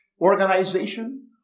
organization